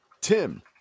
Tim